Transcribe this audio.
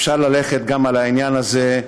אפשר ללכת גם על העניין הזה,